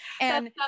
And-